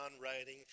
writing